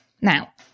Now